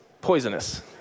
poisonous